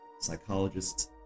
psychologists